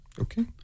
Okay